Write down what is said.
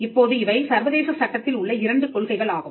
இப்போது இவை சர்வதேச சட்டத்தில் உள்ள இரண்டு கொள்கைகள் ஆகும்